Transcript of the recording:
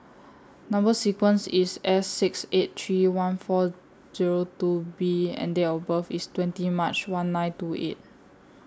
Number sequence IS S six eight three one four Zero two B and Date of birth IS twenty March one nine two eight